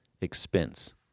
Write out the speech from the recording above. expense